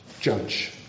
judge